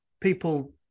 people